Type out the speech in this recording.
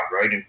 right